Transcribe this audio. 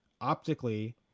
optically